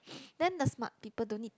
then the smart people don't need